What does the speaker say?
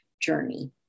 journey